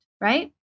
right